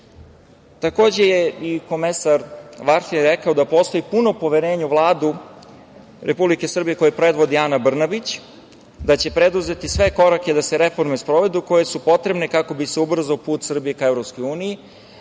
je i komesar Varhelj rekao da postoji puno poverenje u Vladu Republike Srbije koju predvodi Ana Brnabić, da će preduzeti sve korake da se reforme sprovedu koje su potrebne kako bi se ubrzao put Srbije ka EU.